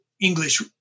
english